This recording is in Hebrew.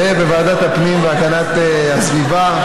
בוועדת הפנים והגנת הסביבה,